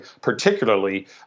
particularly